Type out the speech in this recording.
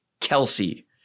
kelsey